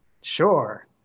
Sure